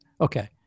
Okay